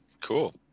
cool